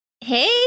Hey